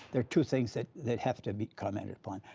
there are two things that that have to be commented upon.